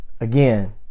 again